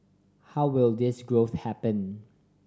how will this growth happen